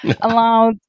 allowed